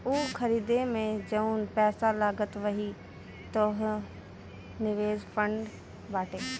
ऊ खरीदे मे जउन पैसा लगल वही तोहर निवेश फ़ंड बाटे